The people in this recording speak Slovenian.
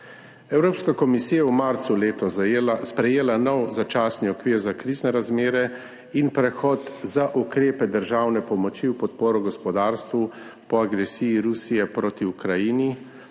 Evropska komisija je v marcu letos zajela sprejela nov začasni okvir za krizne razmere in prehod za ukrepe državne pomoči v podporo gospodarstvu po agresiji Rusije proti Ukrajini,